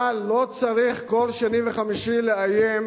אבל לא צריך כל שני וחמישי לאיים,